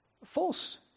False